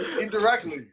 indirectly